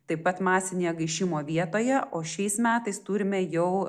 taip pat masinėje gaišimo vietoje o šiais metais turime jau